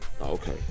Okay